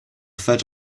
fed